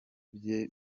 bye